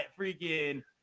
freaking